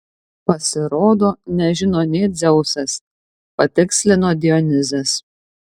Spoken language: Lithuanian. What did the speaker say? pasirodo nežino nė dzeusas patikslino dionizas